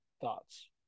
thoughts